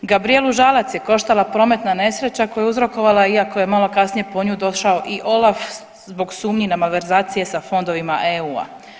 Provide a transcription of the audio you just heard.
Gabrijelu Žalac je koštala prometna nesreća koju je uzrokovala iako je malo kasnije po nju došao i OLAF zbog sumnji na malverzacije sa fondovima EU.